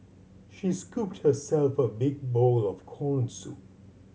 she scooped herself a big bowl of corn soup